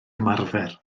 ymarfer